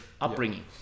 upbringing